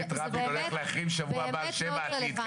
אני את רבין הולך להחרים בשבוע הבא בשם העתיד,